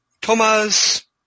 Thomas